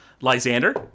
Lysander